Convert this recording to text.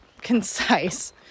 concise